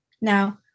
Now